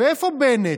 ואיפה בנט?